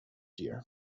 year